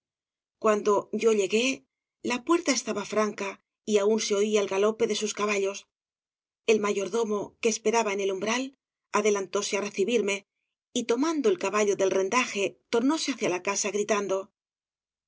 cuando yo llegué la puerta estaba franca y aún se oía el galope de sus caballos el mayordomo que esperaba en el umbral adelantóse á recibirme y tomando el caballo del rendaje tornóse hacia la casa gritando